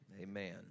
Amen